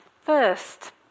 First